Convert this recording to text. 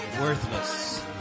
worthless